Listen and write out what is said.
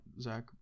Zach